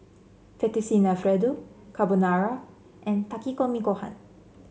Fettuccine Alfredo Carbonara and Takikomi Gohan